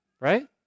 Right